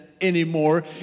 anymore